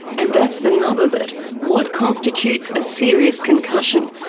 and that's the nub of it what constitutes a serious concussion?